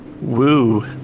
Woo